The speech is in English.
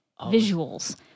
Visuals